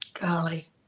Golly